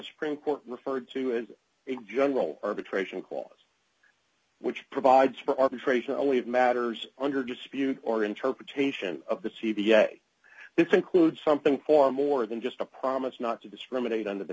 supreme court referred to as a general arbitration clause which provides for arbitration only of matters under dispute or interpretation of the c v a this includes something for more than just a promise not to discriminate on the